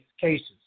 cases